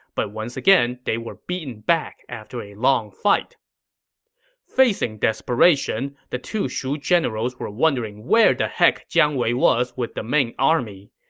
but once again they were beaten back after a long fight facing desperation, the two shu generals were wondering where the heck jiang wei was with the main army.